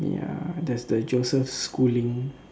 ya there's the Joseph-Schooling